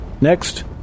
next